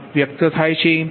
માં વ્યક્ત થાય છે